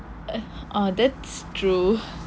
ah that's true